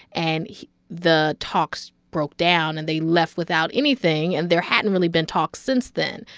and the talks broke down. and they left without anything, and there hadn't really been talks since then.